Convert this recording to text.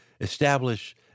establish